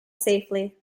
safely